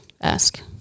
ask